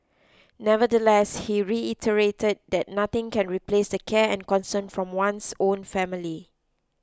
nevertheless he reiterated that nothing can replace the care and concern from one's own family